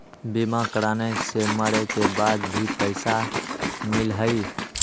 बीमा कराने से मरे के बाद भी पईसा मिलहई?